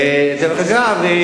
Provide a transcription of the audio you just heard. דרך אגב,